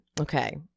okay